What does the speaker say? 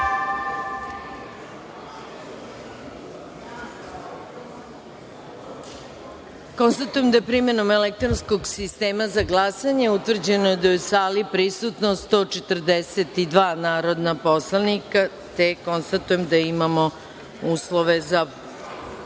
glasanje. Konstatujem da je primenom elektronskog sistema za glasanje utvrđeno da su u sali prisutna 142 narodna poslanika, te konstatujem da imamo uslove za dalji